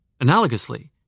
Analogously